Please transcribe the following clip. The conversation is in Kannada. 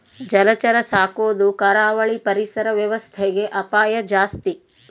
ಜಲಚರ ಸಾಕೊದು ಕರಾವಳಿ ಪರಿಸರ ವ್ಯವಸ್ಥೆಗೆ ಅಪಾಯ ಜಾಸ್ತಿ